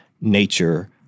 nature